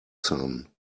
sun